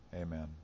Amen